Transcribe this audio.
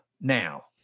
now